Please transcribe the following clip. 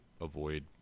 avoid